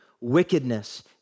wickedness